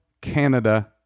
Canada